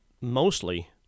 mostly